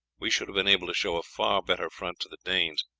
we should have been able to show a far better front to the danes,